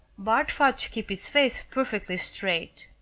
bart fought to keep his face perfectly straight.